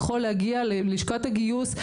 הוא יכול להגיע ללשכת הגיוס,